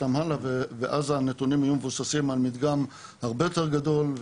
אותם הלאה ואז הנתונים יהיו מבוססים על מדגם הרבה יותר גדול,